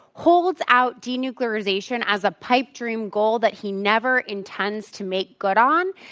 holds out denuclearization as a pipe dream goal that he never intends to make good on,